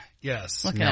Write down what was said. Yes